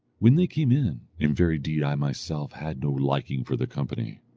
when they came in, in very deed i myself had no liking for their company.